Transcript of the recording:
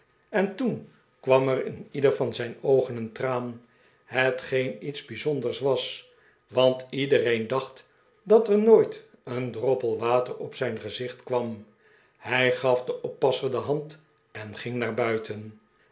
en toen kwam er in ieder van zijn oogen een traan hetgeen iets zeer bijzonders was want iedereen dacht dat er nooit een droppel water op zijn gezicht kwam hij gaf den oppasser de hand en ging naar buiten